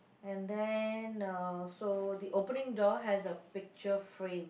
and then uh so the opening door has a picture frame